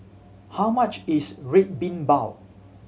how much is Red Bean Bao